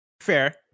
Fair